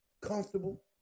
comfortable